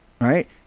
right